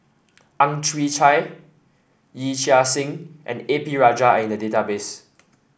Ang Chwee Chai Yee Chia Hsing and A P Rajah are in the database